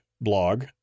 blog